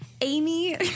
Amy